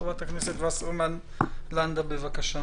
חברת הכנסת וסרמן לנדה, בבקשה.